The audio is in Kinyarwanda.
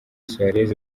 suarez